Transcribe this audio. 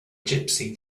gypsy